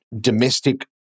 domestic